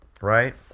right